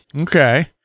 okay